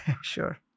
Sure